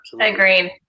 agreed